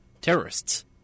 terrorists